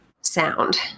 sound